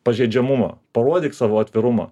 pažeidžiamumo parodyk savo atvirumą